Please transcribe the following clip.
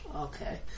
Okay